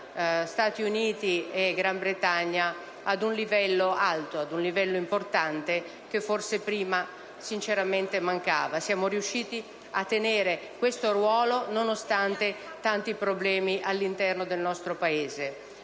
Stati Uniti e Gran Bretagna ad un livello alto e importante, cosa che forse prima sinceramente mancava. Siamo riusciti a tenere questo ruolo nonostante i tanti presenti problemi all'interno del nostro Paese.